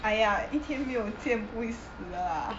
哎呀一天没有见不会死的啦